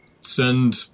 send